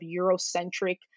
Eurocentric